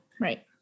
Right